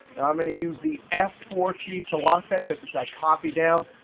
now i'm going to use the f four key to lock that because it's that copy down.